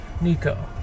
Nico